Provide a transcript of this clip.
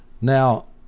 Now